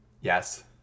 Yes